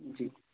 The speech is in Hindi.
जी